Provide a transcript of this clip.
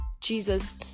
Jesus